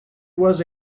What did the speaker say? was